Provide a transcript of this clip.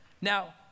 Now